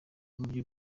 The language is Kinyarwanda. uburyo